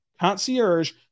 concierge